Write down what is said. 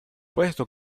puesto